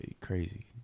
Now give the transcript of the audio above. crazy